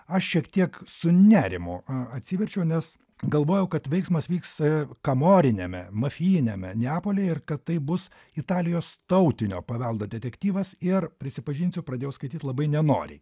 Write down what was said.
aš šiek tiek su nerimu atsiverčiau nes galvojau kad veiksmas vyks kamoriniame mafijiniame neapolyje ir kad tai bus italijos tautinio paveldo detektyvas ir prisipažinsiu pradėjau skaityt labai nenoriai